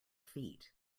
feet